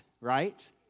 right